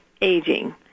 aging